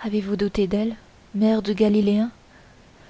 aviez-vous douté d'elle mère du galiléen